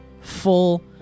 full